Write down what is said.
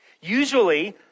Usually